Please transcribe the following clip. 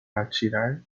atirar